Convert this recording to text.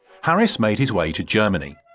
harris made his way to germany.